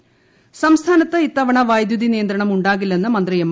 മണി സംസ്ഥാനത്ത് ഇത്തവണ വൈദ്യുതി നിയന്ത്രണം ഉണ്ടാകില്ലെന്ന് മന്ത്രി എം